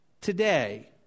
today